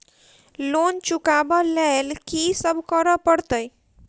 Loan चुका ब लैल की सब करऽ पड़तै?